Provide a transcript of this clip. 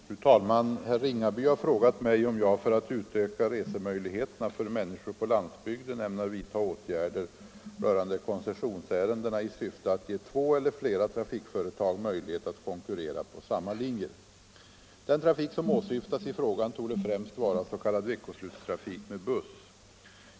Fru talman! Herr Ringaby har frågat mig om jag, för att utöka resemöjligheterna för människor på landsbygden, ämnar vidtaga åtgärder rörande koncessionsärendena i syfte att ge två eller flera trafikföretag möjlighet att konkurrera på samma linjer. Den trafik som åsyftas i frågan torde främst vara s.k. veckoslutstrafik med buss.